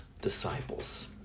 disciples